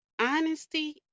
honesty